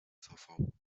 sofą